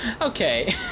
Okay